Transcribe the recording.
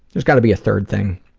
there's gotta be a third thing.